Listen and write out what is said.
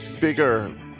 bigger